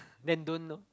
then don't lor